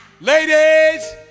ladies